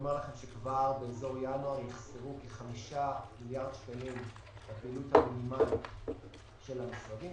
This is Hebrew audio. כבר בינואר יחסרו כ-5 מיליארד שקלים לפעילות המינימלית של המשרדים,